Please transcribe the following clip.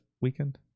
weekend